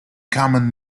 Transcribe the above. common